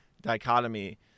dichotomy